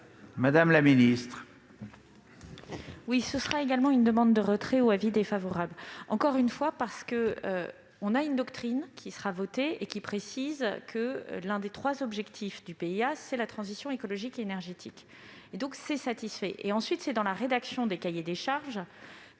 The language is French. madame la ministre,